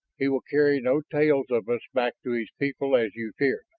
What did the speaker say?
he will carry no tales of us back to his people as you feared.